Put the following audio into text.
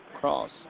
cross